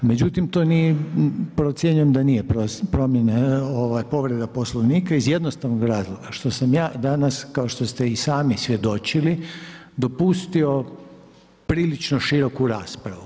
Međutim to nije, procjenjujem da nije povreda Poslovnika iz jednostavnog razloga što sam ja dana kao što ste i sami svjedočili dopustio prilično široku raspravu.